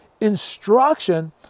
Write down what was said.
instruction